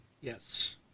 Yes